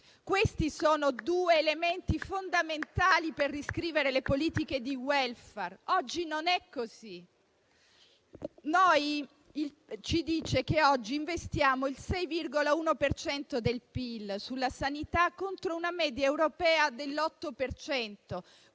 Questi sono due elementi fondamentali per riscrivere le politiche di *welfare*. Oggi non è così. Oggi investiamo il 6,1 per cento del PIL sulla sanità, contro una media europea dell'8